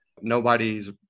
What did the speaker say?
Nobody's